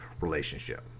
relationship